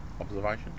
observation